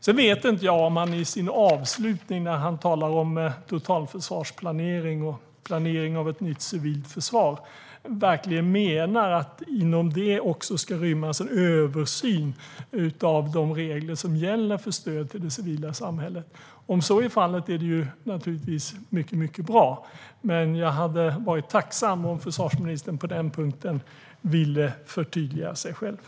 Jag vet inte om han, när han i sin avslutning talade om totalförsvarsplanering och planering av ett nytt civilt försvar, verkligen menade att det inom det också ska rymmas en översyn av de gällande reglerna för stöd till det civila samhället. Om så är fallet är det naturligtvis mycket bra. Jag skulle vara tacksam om försvarsministern vill förtydliga på den punkten.